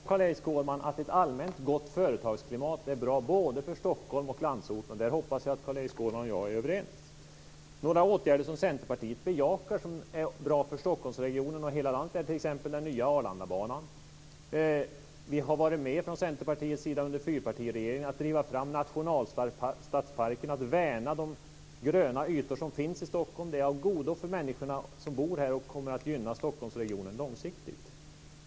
Fru talman! Det är naturligtvis så, Carl-Erik Skårman, att ett allmänt gott företagsklimat är bra både för Stockholm och landsorten. Jag hoppas att Carl-Erik Skårman och jag är överens om det. En åtgärd som Centerpartiet bejakar och som är bra för Stockholmsregionen och hela landet är t.ex. den nya Arlandabanan. I fyrpartiregeringen var Centerpartiet med om att driva fram nationalstadsparken och värna de gröna ytor som finns i Stockholm. Det är av godo för människorna som bor här, och det kommer att gynna Stockholmsregionen långsiktigt.